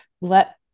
let